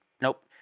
Nope